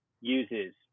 uses